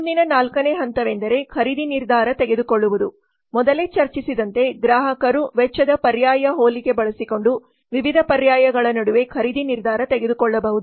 ಮುಂದಿನ 4 ನೇ ಹಂತವೆಂದರೆ ಖರೀದಿ ನಿರ್ಧಾರ ತೆಗೆದುಕೊಳ್ಳುವುದು ಮೊದಲೇ ಚರ್ಚಿಸಿದಂತೆ ಗ್ರಾಹಕರು ವೆಚ್ಚದ ಪರ್ಯಾಯ ಹೋಲಿಕೆ ಬಳಸಿಕೊಂಡು ವಿವಿಧ ಪರ್ಯಾಯಗಳ ನಡುವೆ ಖರೀದಿ ನಿರ್ಧಾರ ತೆಗೆದುಕೊಳ್ಳಬಹುದು